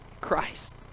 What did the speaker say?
Christ